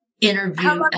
interview